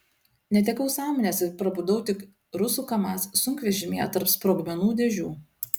netekau sąmonės ir prabudau tik rusų kamaz sunkvežimyje tarp sprogmenų dėžių